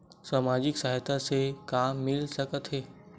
सामाजिक सहायता से का मिल सकत हे?